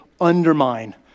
undermine